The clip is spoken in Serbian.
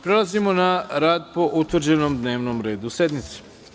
Prelazimo na rad po utvrđenom dnevnom redu sednice.